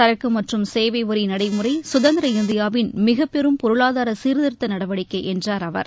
சரக்கு மற்றும் சேவை வரி நடைமுறை குதந்திர இந்தியாவின் மிகப்பெரும் பொருளாதார சீர்த்திருத்த நடவடிக்கை என்றார் அவர்